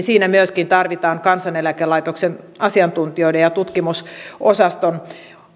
siinä myöskin tarvitaan kansaneläkelaitoksen asiantuntijoiden ja tutkimusosaston